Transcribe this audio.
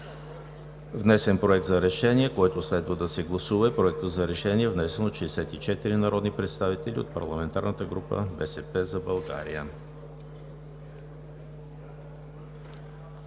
Внесен е Проект за решение, който следва да се гласува, и Проект за решение, внесен от 64 народни представители от парламентарната група на „БСП за България“.